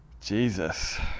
Jesus